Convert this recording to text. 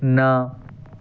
न